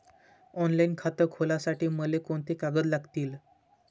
Online खातं खोलासाठी मले कोंते कागद लागतील?